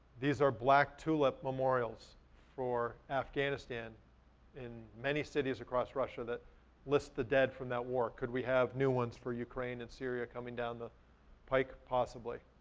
these are black tulip memorials for afghanistan in many cities across russia that list the dead from that war. could we have new ones for ukraine and syria coming down the pike, possibly?